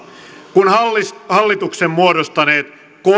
kun hallituksen muodostaneet